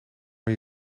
van